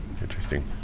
Interesting